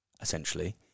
essentially